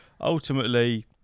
Ultimately